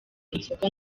inzoga